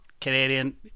Canadian